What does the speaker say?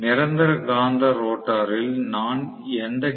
நிரந்தர காந்த ரோட்டரில் நான் எந்த டி